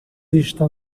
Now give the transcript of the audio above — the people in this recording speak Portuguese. está